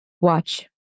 Watch